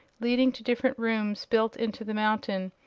leading to different rooms built into the mountain,